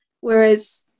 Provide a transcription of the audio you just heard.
whereas